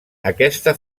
aquesta